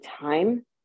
time